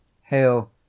Hail